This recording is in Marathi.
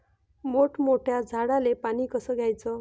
मोठ्या मोठ्या झाडांले पानी कस द्याचं?